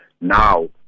now